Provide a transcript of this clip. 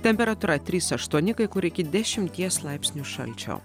temperatūra trys aštuoni kai kur iki dešimties laipsnių šalčio